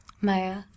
Maya